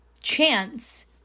chance